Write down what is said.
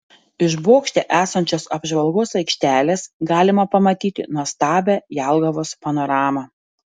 iš bokšte esančios apžvalgos aikštelės galima pamatyti nuostabią jelgavos panoramą